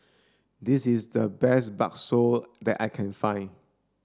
this is the best Bakso that I can find